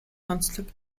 онцлог